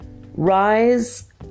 Rise